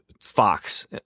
Fox